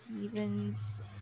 Seasons